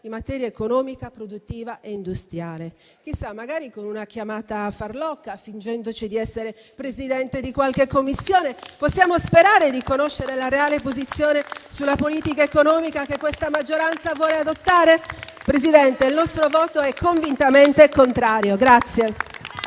in materia economica, produttiva e industriale. Chissà, magari con una chiamata farlocca, fingendoci di essere Presidente di qualche commissione, possiamo sperare di conoscere la reale posizione sulla politica economica che questa maggioranza vuole adottare? Signor Presidente, il nostro voto è convintamente contrario.